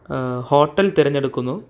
hotel തിരഞ്ഞെടുക്കുന്നു